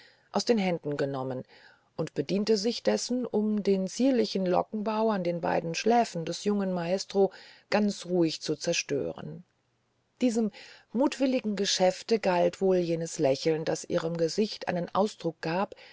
aus den händen genommen und bediente sich dessen um den zierlichen lockenbau an den beiden schläfen des jungen maestro ganz ruhig zu zerstören diesem mutwilligen geschäfte galt wohl jenes lächeln das ihrem gesichte einen ausdruck gab